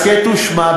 הסכת ושמע,